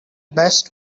best